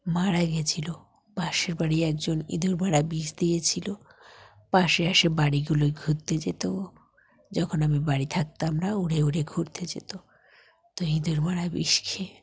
মারা গিয়েছিল পাশের বাড়ি একজন ইঁদুর মারা বিষ দিয়েছিল পাশেআশে বাড়িগুলোয় ঘুরতে যেত ও যখন আমি বাড়ি থাকতাম না উড়ে উড়ে ঘুরতে যেত তো ইঁদুর মারা বিষ খেয়ে